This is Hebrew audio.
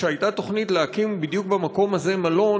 כשהייתה תוכנית להקים בדיוק במקום הזה מלון,